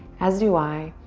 as do i,